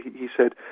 he said,